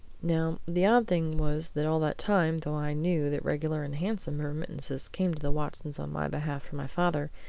now, the odd thing was that all that time, though i knew that regular and handsome remittances came to the watsons on my behalf from my father,